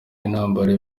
y’intambara